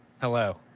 hello